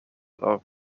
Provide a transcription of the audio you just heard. are